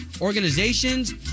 organizations